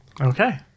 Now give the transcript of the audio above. Okay